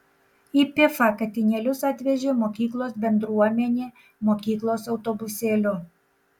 į pifą katinėlius atvežė mokyklos bendruomenė mokyklos autobusėliu